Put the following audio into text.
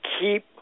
keep